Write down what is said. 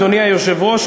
אדוני היושב-ראש,